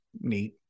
Neat